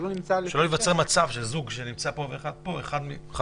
שלא ייווצר מצב שזוג שאחד מהם נמצא פה והשני שם --- חד-משמעית.